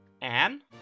Anne